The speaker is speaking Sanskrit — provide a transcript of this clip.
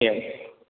एवम्